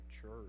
church